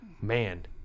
man